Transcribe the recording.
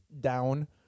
down